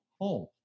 home